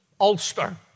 Ulster